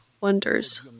wonders